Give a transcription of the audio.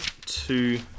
two